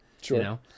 Sure